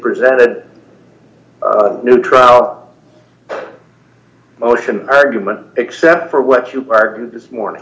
presented new trial motion argument except for what you argued this morning